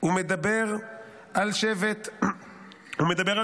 הוא מדבר על שבט דן: